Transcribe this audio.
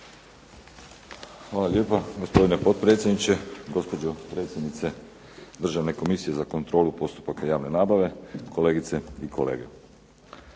Hvala lijepa, gospodine potpredsjedniče. Gospođo predsjednice Državne komisije za kontrolu postupaka javne nabave. Kolegice i kolege.